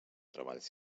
treballs